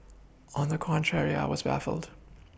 on the contrary I was baffled